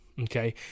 okay